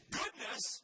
goodness